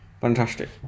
fantastic